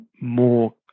more